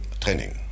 training